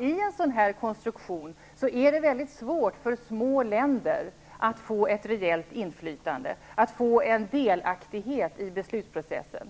en sådan konstruktion är det svårt för små länder att få ett rejält inflytande och kunna vara delaktiga i beslutsprocessen.